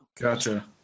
gotcha